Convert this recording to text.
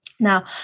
Now